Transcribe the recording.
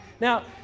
Now